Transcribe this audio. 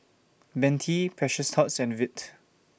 Bentley Precious Thots and Veet